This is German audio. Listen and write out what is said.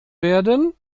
werden